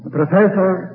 professor